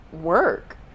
work